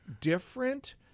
different